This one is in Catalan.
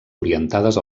orientades